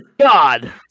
God